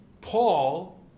Paul